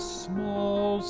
small